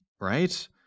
right